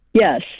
Yes